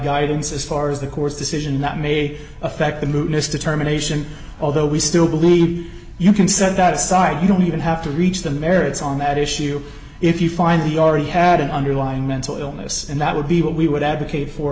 guidance as far as the court's decision that may affect the move this determination although we still believe you can set that aside you don't even have to reach the merits on that issue if you finally already had an underlying mental illness and that would be what we would advocate for